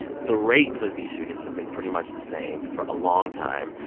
the rates of these shootings have been pretty much the same for a long time.